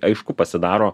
aišku pasidaro